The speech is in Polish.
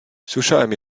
słyszałem